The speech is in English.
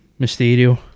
Mysterio